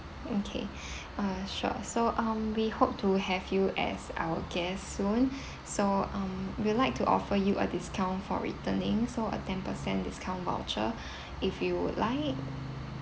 okay uh sure so um we hope to have you as our guests soon so um we'd like to offer you a discount for returning so a ten percent discount voucher if you would like